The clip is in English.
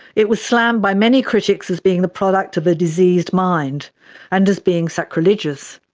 it was slammed by many critics as being the product of a diseased mind and as being sacrilegious,